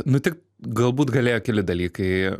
nu tik galbūt galėjo keli dalykai